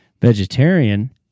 vegetarian